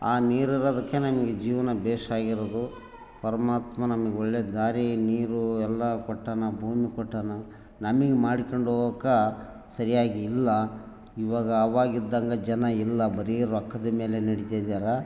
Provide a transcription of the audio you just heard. ಆ ನೀರಿರೋದಕ್ಕೆ ನಂಗೆ ಜೀವನ ಭೇಷ್ ಆಗಿರೋದು ಪರಮಾತ್ಮ ನಮಗೆ ಒಳ್ಳೆ ದಾರಿ ನೀರು ಎಲ್ಲ ಕೊಟ್ಟಾನ ಭೂಮಿ ಕೊಟ್ಟಾನ ನಮಗೆ ಮಾಡಿಕೊಂಡು ಹೋಗೋಕ ಸರಿಯಾಗಿ ಇಲ್ಲ ಇವಾಗ ಅವಾಗಿದ್ದಂಗೆ ಜನ ಇಲ್ಲ ಬರಿ ರೊಕ್ಕದಮೇಲೆ ನಡೀತಿದ್ದರೆ